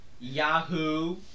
Yahoo